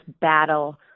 battle